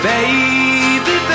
Baby